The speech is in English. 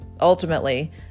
Ultimately